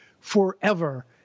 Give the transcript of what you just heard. forever